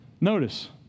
Notice